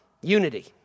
Unity